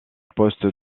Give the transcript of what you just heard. poste